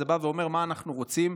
זה אומר מה אנחנו רוצים,